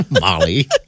Molly